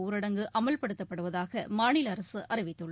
ஊரடங்கு அமல்படுத்தப்படுவதாக மாநில அரசு அறிவித்துள்ளது